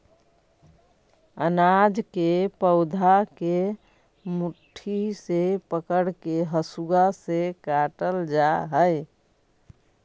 अनाज के पौधा के मुट्ठी से पकड़के हसुआ से काटल जा हई